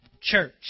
church